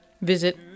Visit